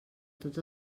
tots